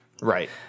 Right